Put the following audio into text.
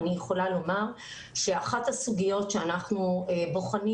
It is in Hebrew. אני יכולה לומר שאחת הסוגיות שאנחנו בוחנים